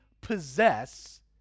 possess